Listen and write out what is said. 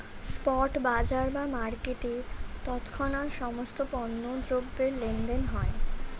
spot বাজার বা মার্কেটে তৎক্ষণাৎ সমস্ত পণ্য দ্রব্যের লেনদেন হয়